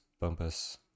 Bumpus